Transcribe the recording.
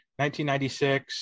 1996